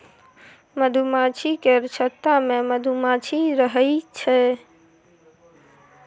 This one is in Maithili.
मधुमाछी केर छत्ता मे मधुमाछी रहइ छै